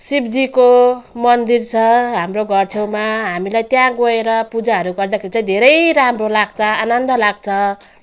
शिवजीको मन्दिर छ हाम्रो घर छेउमा हामीलाई त्यहाँ गएर पूजाहरू गर्दाखेरि चाहिँ धेरै राम्रो लाग्छ आनन्द लाग्छ